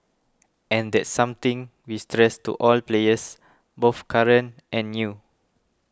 and that's something we stress to all players both current and new